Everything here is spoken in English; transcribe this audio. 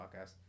podcast